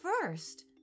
first